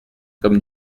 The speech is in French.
comme